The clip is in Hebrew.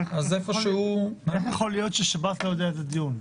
איך יכול להיות ששב"ס לא יודע איזה דיון?